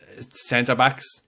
centre-backs